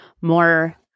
more